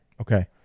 Okay